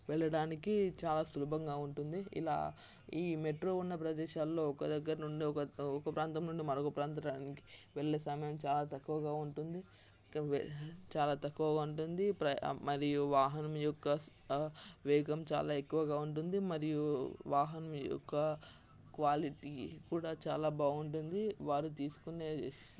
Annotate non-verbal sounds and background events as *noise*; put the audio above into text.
వెళ్లడానికి చాలా సులభంగా ఉంటుంది ఇలా ఈ మెట్రో ఉన్న ప్రదేశాల్లో ఒక దగ్గర నుండి ఒక ఒక ప్రాంతం నుండి మరొక ప్రాంతానికి వెళ్లే సమయం చాలా తక్కువగా ఉంటుంది *unintelligible* చాలా తక్కువగా ఉంటుంది ప్రయా మరియు వాహనం యొక్క వేగం చాలా ఎక్కువగా ఉంటుంది మరియు వాహనం యొక్క క్వాలిటీ కూడా చాలా బాగుంటుంది వారు తీసుకునే